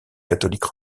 catholique